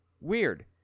weird